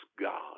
God